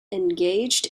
engaged